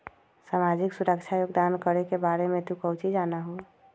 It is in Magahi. सामाजिक सुरक्षा योगदान करे के बारे में तू काउची जाना हुँ?